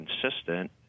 consistent